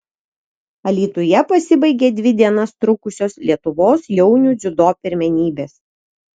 alytuje pasibaigė dvi dienas trukusios lietuvos jaunių dziudo pirmenybės